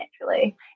naturally